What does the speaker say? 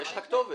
אבל יש לך כתובת.